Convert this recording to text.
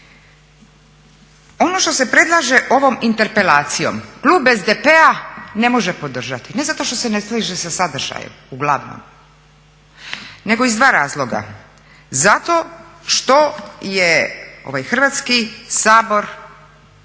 Ono što se predlaže ovom interpelacijom klub SDP-a ne može podržati. Ne zato što se ne slaže sa sadržajem, uglavnom, nego iz dva razloga. Zato što je ovaj Hrvatski sabor